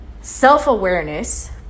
self-awareness